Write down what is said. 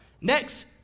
next